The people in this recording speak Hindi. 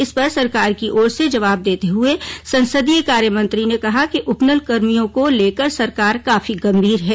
इस पर सरकार की ओर से जवाब देते हुए संसदीय कार्यमंत्री ने कहा कि उपनल कर्मियों को लेकर सरकार काफी गंभीर है